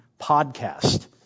podcast